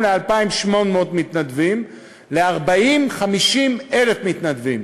ל-2,800 מתנדבים ל-40,000 50,000 מתנדבים.